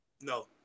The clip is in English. No